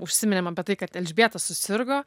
užsiminėm apie tai kad elžbieta susirgo